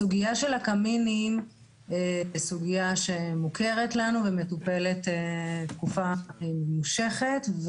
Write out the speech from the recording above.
הסוגיה של הקמינים היא סוגיה שמוכרת לנו ומטופלת תקופה ממושכת.